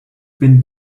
been